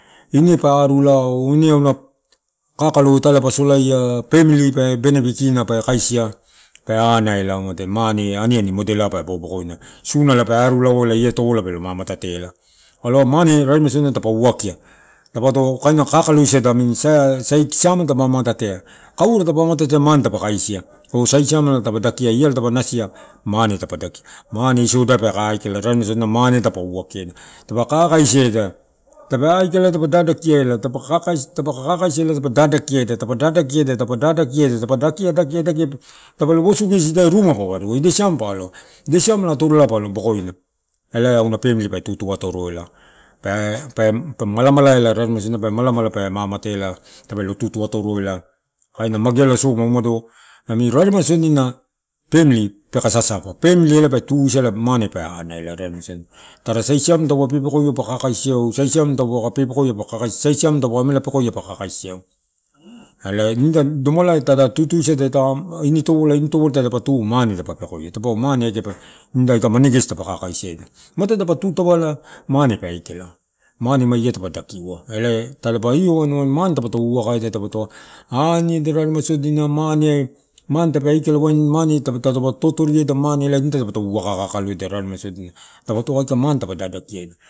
Ine pa arulalao, kakalo ita ela pa solaia pemili pe benepitina pe kaisi pe ana ela, muatae mane benepitina pe kaisi pe ana ela, mutae mane aniani modelai pa boboko eu sunata pa arulalau ela akomala ia topolai pe lo mamata ela. Elai mane raremai sodina taupe uakia. Kaina dapo kakaloisada amini sai siamela tadapa amataea, kaura tapa amataea mane pa kaisi o. Sai siamela, taupa dakia o iala taupe nasia mane dapa dakia, mane isodai peka aikala, rarema sodina mane dapato uakia, dapa kakaisi eda tape aikala dapa dadaki eda, dapa dadakia, dadakiaeda dapa dakia, dakia, dakia, tape lo uosu gesi, ida siamelaai atorolai pa lo aloa, ela auna pemili pe tu atoro ela eh pe mala mala ela, raremai sodina, malamala pe mamata teola tape lo tutu atoro ela. Kaina mageala soma, umado raremai sodia pemili peka sasaka. Pemili ela patuisala, mane pe ana ela, tara sai siamela taupe pepekoeu pa kaisiaeu, sali siamela taupaka pepekoia pa kakaisia, sai siamela taupe pekoia pa kakaisiaeu, elai nida damalai tuda tutusada, ini topola, ini topola tada tu mane dapa pekoia taupa mane aika mane gesi dapa kakaisi eda, ma, tadapa tu, tavala mane pe aikala mane ma ia dapa dakiua, ela talapa ioua aini mane dapoto waka eda, tadapo anieda raremai sodina, mane tape aikala waini, mane tadapo totorueda mane, waini mane ela nida dapato waka kakalo eda takatoua mane raremai sodina, kae dadakia egu.